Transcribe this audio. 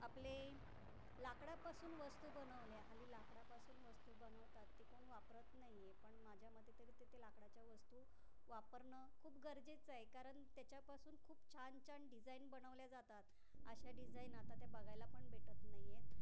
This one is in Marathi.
आपले लाकडापासून वस्तू बनवल्या हल्ली लाकडापासून वस्तू बनवतात ते कोण वापरत नाही आहे पण माझ्या मते तरी ते ते लाकडाच्या वस्तू वापरणं खूप गरजेचं आहे कारण तेच्यापासून खूप छानछान डिजाईन बनवल्या जातात अशा डिजाईन आता त्या बघायला पण भेटत नाही आहेत